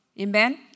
Amen